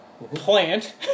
plant